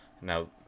Now